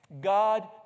God